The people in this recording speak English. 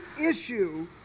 issue